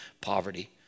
poverty